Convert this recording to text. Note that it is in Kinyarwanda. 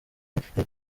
yahitanye